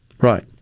Right